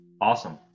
awesome